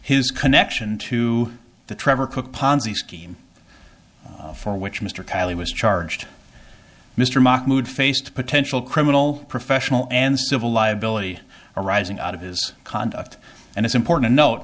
his connection to the trevor cook ponzi scheme for which mr kiley was charged mr mahmood faced potential criminal professional and civil liability arising out of his conduct and it's important to note